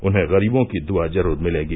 उन्हें गरीबों की दुआ जरूर मिलेगी